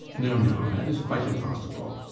no, no, that is quite impossible.